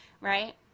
right